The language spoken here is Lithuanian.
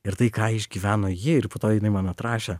ir tai ką išgyveno ji ir po to jinai man atrašė